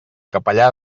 capellà